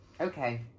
Okay